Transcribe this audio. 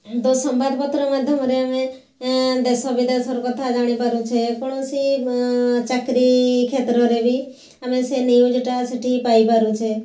ତ ସମ୍ବାଦପତ୍ର ମାଧ୍ୟମରେ ଆମେ ଦେଶ ବିଦେଶର କଥା ଜାଣିପାରୁଛେ କୌଣସି ଚାକିରୀ କ୍ଷେତ୍ରରେ ବି ଆମେ ସେ ନିୟୁଜ୍ଟା ସେଇଠି ପାଇପାରୁଛେ